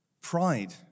pride